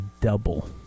double